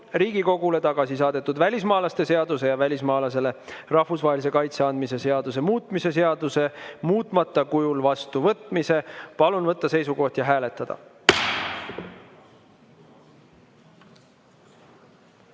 Riigikogule tagasi saadetud välismaalaste seaduse ja välismaalasele rahvusvahelise kaitse andmise seaduse muutmise seaduse muutmata kujul vastuvõtmise. Palun võtta seisukoht ja hääletada!